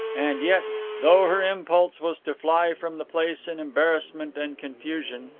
and yet, though her impulse was to fly from the place in embarrassment and confusion,